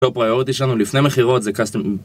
הפרייוריטי שלנו לפני מחירות זה קאסטומר...